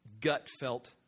gut-felt